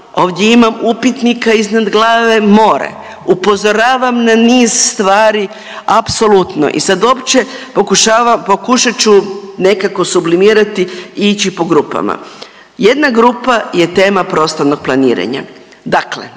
ovdje imam upitnika iznad glave more. Upozoravam na niz stvari apsolutno i sad uopće pokušat ću nekako sublimirati i ići po grupama. Jedna grupa je tema prostornog planiranja.